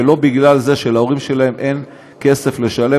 ולא שמכיוון שלהורים שלהם אין כסף לשלם